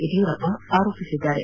ಯಡಿಯೂರಪ್ಪ ಆರೋಪಿಸಿದ್ದಾರೆ